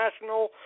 national